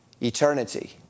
eternity